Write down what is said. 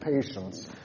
patience